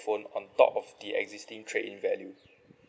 phone on top of the existing trade in value